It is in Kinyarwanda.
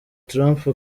trump